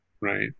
right